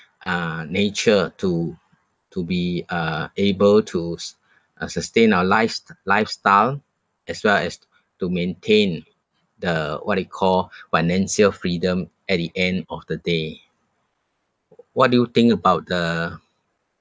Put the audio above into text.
uh nature to to be uh able to s~ uh sustain our lifest~ lifestyle as well as to maintain the what do you call financial freedom at the end of the day what do you think about the